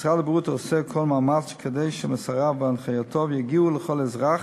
משרד הבריאות עושה כל מאמץ שמסריו והנחיותיו יגיעו לכל אזרח,